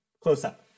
close-up